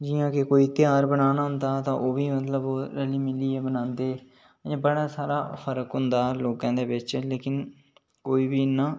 जि'यां कोई ध्यार बनाना होंदा ते ओह्बी रली मिलियै करदे न नेईं तां बड़ा सारा फर्क होंदा लोकें दे बिच लेकिन कोई बी इन्ना